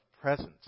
presence